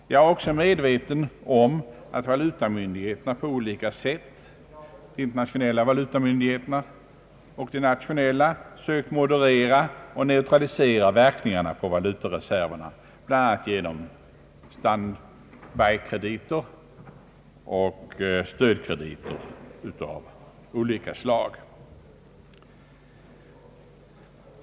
Jag är också medveten om att de internationella och de nationella valutamyndigheterna sökt moderera och neutralisera verkningarna på valutareserverna, bl.a. genom stand-by-krediter och stödkrediter av olika slag.